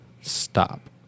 stop